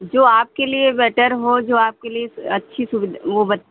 जो आपके लिए बेटर हो जो आपके लिए अच्छी सु वो